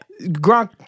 Gronk